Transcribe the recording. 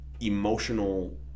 emotional